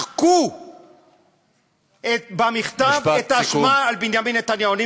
מחקו מהמכתב את ההאשמה של בנימין נתניהו.